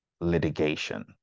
litigation